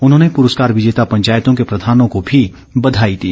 उन्होंने प्रस्कार विजेता पंचायतों के प्रधानों को भी बधाई दी